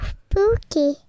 spooky